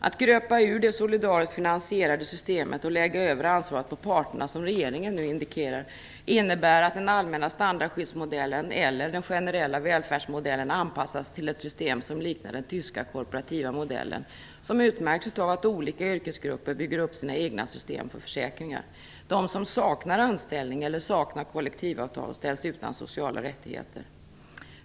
Att gröpa ur det solidariskt finansierade systemet och lägga över ansvaret på parterna, som regeringen nu indikerar, innebär att den allmänna standardskyddsmodellen, eller den generella välfärdsmodellen, anpassas till ett system som liknar den tyska korporativa modellen, som utmärks av att olika yrkesgrupper bygger upp sina egna system för försäkringar. Den som saknar anställning eller kollektivavtal ställs utan sociala rättigheter.